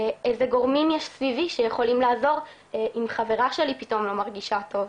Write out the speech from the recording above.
איזה גורמים יש סביבי שיכולים לעזור אם חברה שלי פתאום לא מרגישה טוב.